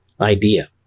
idea